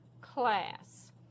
class